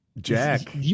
Jack